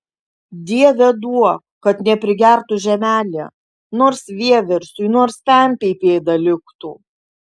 dieve duok kad neprigertų žemelė nors vieversiui nors pempei pėda liktų